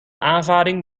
aanvaring